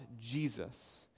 Jesus